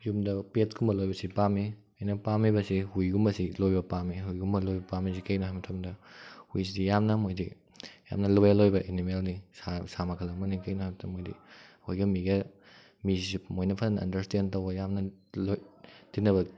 ꯌꯨꯝꯗ ꯄꯦꯠꯀꯨꯝꯕ ꯂꯣꯏꯕꯁꯤ ꯄꯥꯝꯃꯤ ꯑꯩꯅ ꯄꯥꯝꯂꯤꯕꯁꯤ ꯍꯨꯏꯒꯨꯝꯕꯁꯤ ꯂꯣꯏꯕ ꯄꯥꯝꯃꯤ ꯍꯨꯏꯒꯨꯝꯕ ꯂꯣꯏꯕ ꯄꯥꯝꯂꯤꯁꯤ ꯀꯩꯒꯤꯅꯣ ꯍꯥꯏꯕ ꯃꯇꯝꯗ ꯍꯨꯏꯁꯤꯗꯤ ꯌꯥꯝꯅ ꯃꯣꯏꯗꯤ ꯌꯥꯝꯅ ꯂꯣꯋꯦꯜ ꯑꯣꯏꯕ ꯑꯦꯅꯤꯃꯦꯜꯅꯤ ꯁꯥ ꯁꯥ ꯃꯈꯜ ꯑꯃꯅꯤ ꯀꯩꯒꯤꯅꯣ ꯍꯥꯏꯕ ꯃꯇꯝꯗꯗꯤ ꯍꯨꯏꯒ ꯃꯤꯒ ꯃꯤꯁꯤꯁꯨ ꯃꯣꯏꯅ ꯐꯖꯅ ꯑꯟꯗꯔꯁ꯭ꯇꯦꯟ ꯇꯧꯕ ꯌꯥꯝꯅ ꯇꯤꯟꯅꯕ